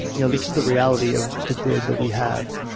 you know, this is the reality of the grid that we have.